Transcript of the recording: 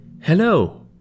Hello